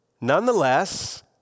nonetheless